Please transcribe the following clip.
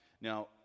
Now